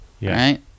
right